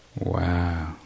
Wow